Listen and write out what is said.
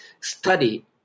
study